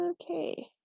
okay